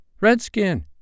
Redskin